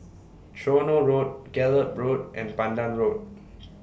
Tronoh Road Gallop Road and Pandan Road